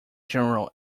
general